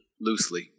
loosely